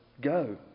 go